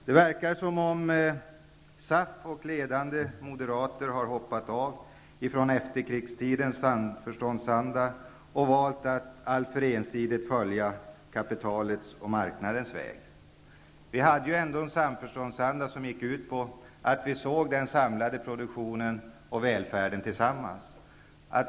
Det verkar som om SAF och ledande moderater har hoppat av från efterkrigstidens samförståndsanda och valt att alltför ensidigt följa kapitalets och marknadens väg. Vi hade en samförståndsanda som gick ut på att vi såg den samlade produktionen och välfärden tillsammans.